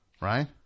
Right